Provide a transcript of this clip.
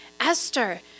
Esther